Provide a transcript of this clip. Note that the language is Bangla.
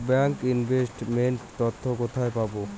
ব্যাংক ইনভেস্ট মেন্ট তথ্য কোথায় পাব?